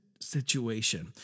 situation